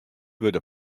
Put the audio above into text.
wurde